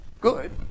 good